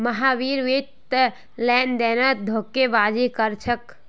महावीर वित्तीय लेनदेनत धोखेबाजी कर छेक